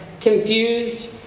confused